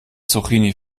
zucchini